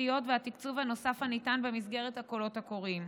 התוספתיות והתקצוב הנוסף הניתן במסגרת הקולות הקוראים.